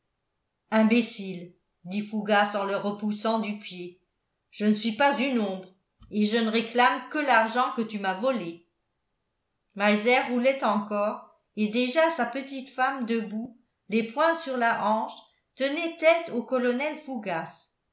imbécile dit fougas en le repoussant du pied je ne suis pas une ombre et je ne réclame que l'argent que tu m'as volé meiser roulait encore et déjà sa petite femme debout les poings sur la hanche tenait tête au colonel fougas